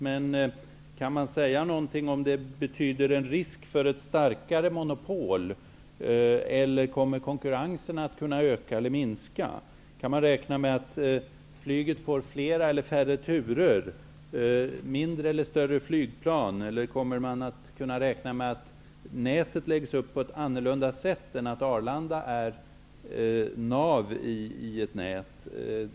Men kan man säga någonting om vad det betyder för risken att det blir ett starkare monopol? Kommer konkurrensen att kunna öka eller minska? Kan man räkna med att flyget får flera eller färre turer? Blir det mindre eller större flygplan? Kommer man att kunna räkna med att nätet läggs upp på ett annat sätt än att Arlanda är nav i ett nät?